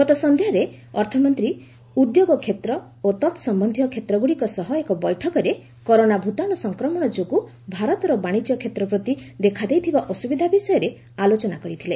ଗତ ସନ୍ଧ୍ୟାରେ ଅର୍ଥମନ୍ତ୍ରୀ ଉଦ୍ୟୋଗ କ୍ଷେତ୍ର ଓ ତତ୍ସମ୍ୟନ୍ଧୀୟ କ୍ଷେତ୍ରଗୁଡ଼ିକ ସହ ଏକ ବୈଠକରେ କରୋନା ଭୂତାଣୁ ସଂକ୍ରମଣ ଯୋଗୁଁ ଭାରତର ବାଣିଜ୍ୟ କ୍ଷେତ୍ର ପ୍ରତି ଦେଖାଦେଇଥିବା ଅସୁବିଧା ବିଷୟରେ ଆଲୋଚନା କରିଥିଲେ